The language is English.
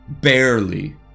barely